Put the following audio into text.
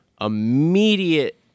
immediate